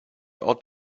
ought